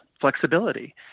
flexibility